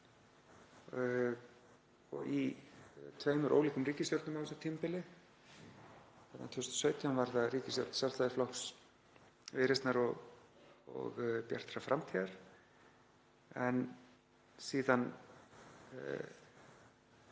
og í tveimur ólíkum ríkisstjórnum á þessu tímabili. Árið 2017 var það ríkisstjórn Sjálfstæðisflokks, Viðreisnar og Bjartrar framtíðar en síðan